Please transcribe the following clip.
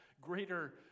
greater